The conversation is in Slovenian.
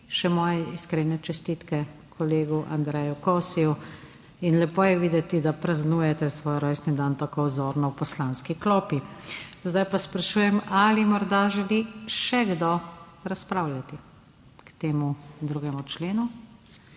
še moje iskrene čestitke kolegu Andreju Kosiju. Lepo je videti, da praznujete svoj rojstni dan tako vzorno, v Poslanski klopi. Zdaj pa sprašujem, ali morda želi še kdo razpravljati k temu 2. členu?